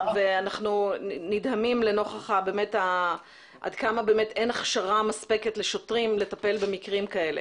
ואנחנו נדהמים עד כמה באמת אין הכשרה מספקת לשוטרים לטפל במקרים כאלה.